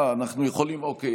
אה, אנחנו יכולים, אוקיי.